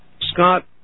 Scott